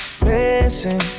Listen